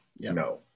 No